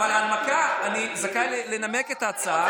אבל אני זכאי לנמק את ההצעה.